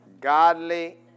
Godly